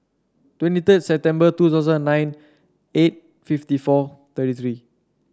twenty third September two thousand nine eight fifty four thirty three